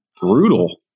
brutal